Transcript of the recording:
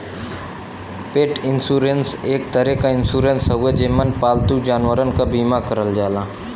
पेट इन्शुरन्स एक तरे क इन्शुरन्स हउवे जेमन पालतू जानवरन क बीमा करल जाला